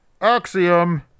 Axiom